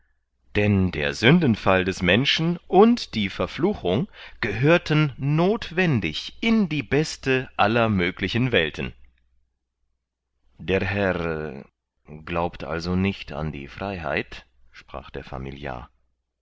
denn der sündenfall des menschen und die verfluchung gehörten nothwendig in die beste aller möglichen welten der herr glaubt also nicht an die freiheit sprach der familiar